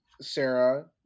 Sarah